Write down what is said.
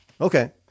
Okay